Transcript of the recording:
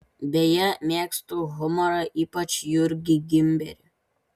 beje mėgstu humorą ypač jurgį gimberį